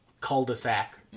cul-de-sac